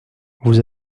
vous